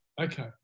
Okay